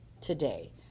today